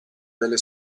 delle